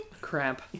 cramp